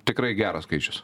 tikrai geras skaičius